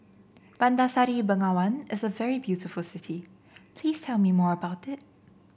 Bandar Seri Begawan is a very beautiful city please tell me more about it